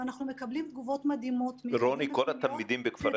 ואנחנו מקבלים תגובות מדהימות מהילדים בפנימיות,